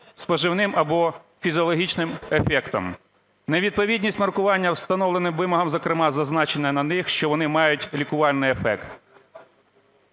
поживним або фізіологічним ефектом; невідповідність маркування встановленим вимогам, зокрема зазначене на них, що вони мають лікувальний ефект.